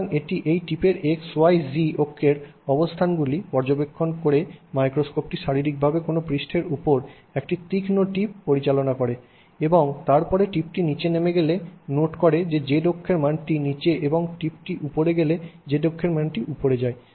সুতরাং এটি এই টিপের XY এবং Z অক্ষের অবস্থানগুলি পর্যবেক্ষণ করে মাইক্রোস্কোপটি শারীরিকভাবে কোনও পৃষ্ঠের উপর একটি তীক্ষ্ণ টিপ পরিচালন করে এবং তারপরে টিপটি নীচে নেমে গেলে নোট করে যে Z অক্ষের মানটি নিচে এবং টিপটি উপরে গেলে Z অক্ষের মানটি উপরে যায়